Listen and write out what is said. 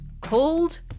called